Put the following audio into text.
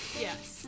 Yes